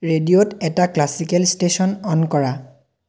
ৰেডিঅ'ত এটা classical station on কৰা